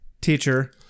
teacher